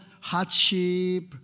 hardship